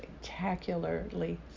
spectacularly